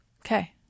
Okay